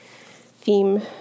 theme